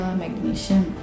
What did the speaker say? magnesium